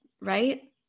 Right